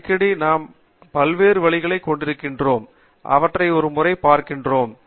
அடிக்கடி நாம் பல்வேறு வழிகளைக் கொண்டிருக்கிறோம் அவற்றை ஒரு முறை பார்க்கிறோம்